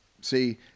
see